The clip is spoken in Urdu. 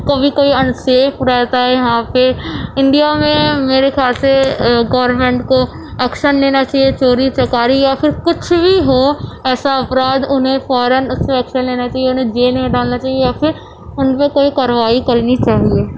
کبھی کوئی ان سیف رہتا ہے یہاں پہ انڈیا میں میرے خیال سے گورمنٹ کو ایکشن لینا چاہیے چوری چکاری یا پھر کچھ بھی ہو ایسا اپرادھ اُنہیں فوراََ اُس پہ ایکشن لینا چاہیے اُنہیں جیل میں ڈالنا چاہیے یا پھر اُن پہ کوئی کارروائی کرنی چاہیے